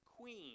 queen